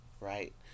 Right